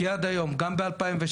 כי עד היום גם ב- 2016,